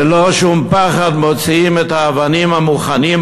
ללא שום פחד מוציאים את האבנים המוכנות,